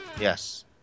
Yes